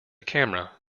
camera